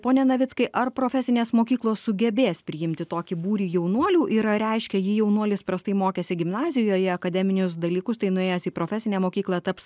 pone navickai ar profesinės mokyklos sugebės priimti tokį būrį jaunuolių ir ar reiškia jei jaunuolis prastai mokėsi gimnazijoje akademinius dalykus tai nuėjęs į profesinę mokyklą taps